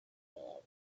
levels